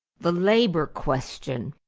the labor question.